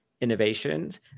innovations